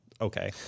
okay